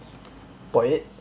point eight